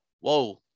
whoa